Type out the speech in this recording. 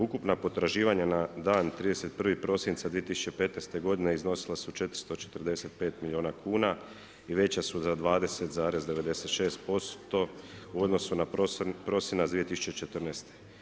Ukupna potraživanja na dan 31. prosinca 2015. godine iznosila su 445 milijuna kuna i veća su za 20,96% u odnosu na prosinac 2014.